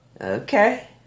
Okay